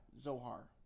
Zohar